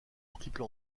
triple